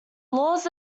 laws